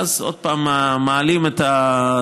ואז עוד פעם מעלים את הסוללות,